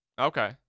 Okay